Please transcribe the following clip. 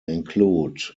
include